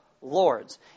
lords